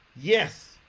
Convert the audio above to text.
Yes